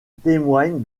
témoigne